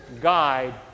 guide